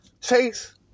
Chase